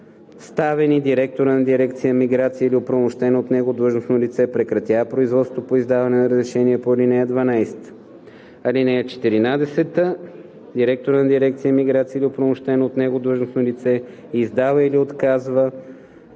представени, директорът на дирекция „Миграция“ или оправомощено от него длъжностно лице прекратява производството по издаване на разрешение по ал. 12. (14) Директорът на дирекция „Миграция“ или оправомощено от него длъжностно лице издава или отказва